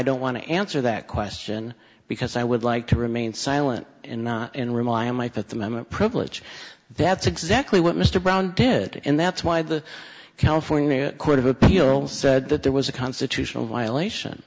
don't want to answer that question because i would like to remain silent and remind my fifth amendment privilege that's exactly what mr brown did and that's why the california court of appeals said that there was a constitutional violation